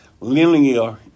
linear